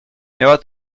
miała